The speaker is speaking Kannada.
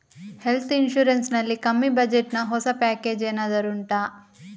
ಹೆಲ್ತ್ ಇನ್ಸೂರೆನ್ಸ್ ನಲ್ಲಿ ಕಮ್ಮಿ ಬಜೆಟ್ ನ ಹೊಸ ಪ್ಯಾಕೇಜ್ ಏನಾದರೂ ಉಂಟಾ